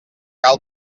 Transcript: cal